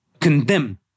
condemn